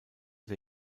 der